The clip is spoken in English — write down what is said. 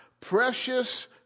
precious